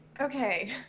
Okay